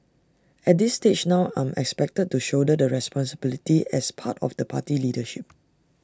at this stage now I'm expected to shoulder the responsibility as part of the party leadership